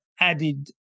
added